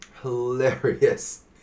Hilarious